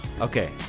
Okay